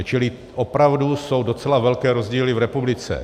Čili opravdu jsou docela velké rozdíly v republice.